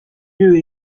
lieu